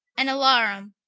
an alarum.